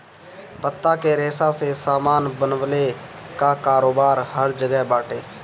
पत्ता के रेशा से सामान बनवले कअ कारोबार हर जगह बाटे